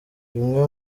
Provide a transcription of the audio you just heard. bimwe